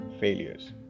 failures